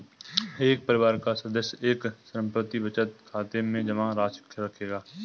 एक परिवार का सदस्य एक समर्पित बचत खाते में जमा राशि रखेगा